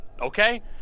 Okay